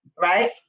Right